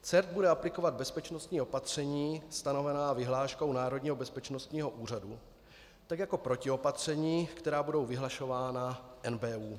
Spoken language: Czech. CERT bude aplikovat bezpečnostní opatření stanovená vyhláškou Národního bezpečnostního úřadu, tak jako protiopatření, která budou vyhlašována NBÚ.